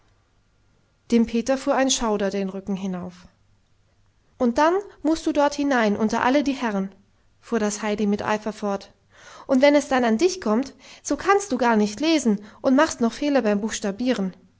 dem peter fuhr ein schauder den rücken hinauf und dann mußt du dort hinein unter alle die herren fuhr das heidi mit eifer fort und wenn es dann an dich kommt so kannst du gar nicht lesen und machst noch fehler beim buchstabieren